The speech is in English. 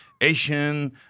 Asian